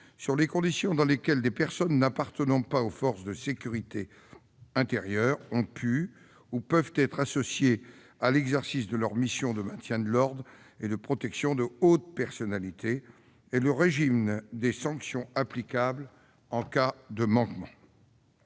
sur les conditions dans lesquelles des personnes n'appartenant pas aux forces de sécurité intérieure ont pu ou peuvent être associées à l'exercice de leurs missions de maintien de l'ordre et de protection de hautes personnalités et le régime des sanctions applicables en cas de manquements.